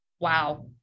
Wow